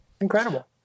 Incredible